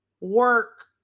work